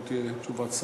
לא תהיה תשובת שר,